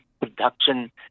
production